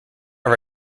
are